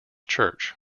church